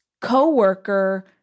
coworker